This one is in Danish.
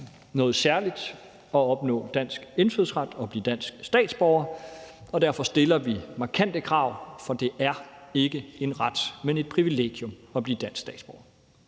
noget særligt at opnå dansk indfødsret og blive dansk statsborger. Derfor stiller vi markante krav, for det er ikke en ret, men et privilegium at blive dansk statsborger.